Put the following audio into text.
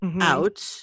out